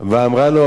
ואמרה לו: